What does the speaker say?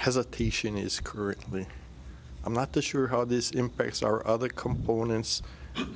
hesitation is currently i'm not the sure how this impacts our other components